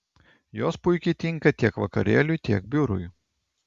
jos puikiai tinka tiek vakarėliui tiek biurui